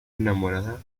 enamorada